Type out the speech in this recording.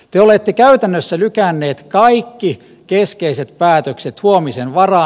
te olette käytännössä lykänneet kaikki keskeiset päätökset huomisen varaan